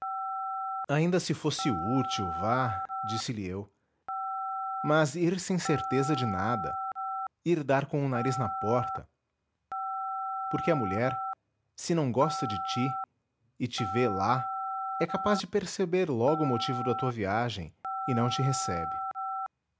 ainda se fosse útil vá disse-lhe eu mas ir sem certeza de nada ir dar com o nariz na porta porque a mulher se não gosta de ti e te vê lá é capaz de perceber logo o motivo da tua viagem e não te recebe